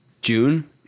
June